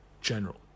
General